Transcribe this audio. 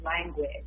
language